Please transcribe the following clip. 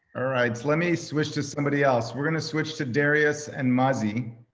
all right, let me switch to somebody else. we're gonna switch to darius and muzzie.